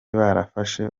barafashe